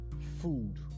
food